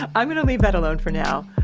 i'm gonna leave that alone for now.